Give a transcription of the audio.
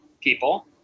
people